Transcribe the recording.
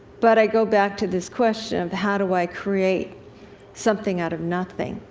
but i go back to this question of, how do i create something out of nothing?